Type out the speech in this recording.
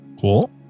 Cool